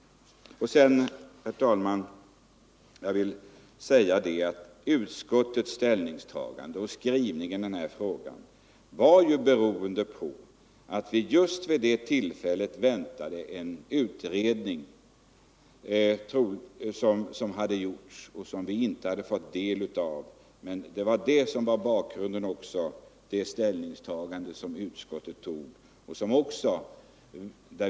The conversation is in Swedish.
Herr talman! Utskottets ställningstagande och skrivning i den här frågan var ju beroende på att vi just vid det tillfället väntade en utredning, som hade gjorts och som vi inte hade fått del av.